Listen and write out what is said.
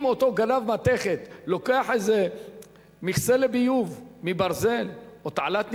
אם אותו גנב מתכת לוקח איזה מכסה ביוב מברזל או תעלת ניקוז,